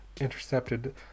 intercepted